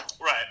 Right